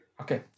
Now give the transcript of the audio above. Okay